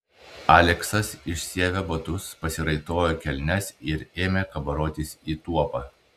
aleksas išsiavė batus pasiraitojo kelnes ir ėmė kabarotis į tuopą